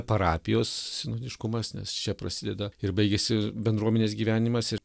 parapijos sinodiškumas nes čia prasideda ir baigiasi bendruomenės gyvenimas ir